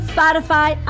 Spotify